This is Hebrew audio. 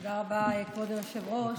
תודה רבה, כבוד היושב-ראש.